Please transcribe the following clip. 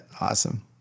Awesome